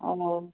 ও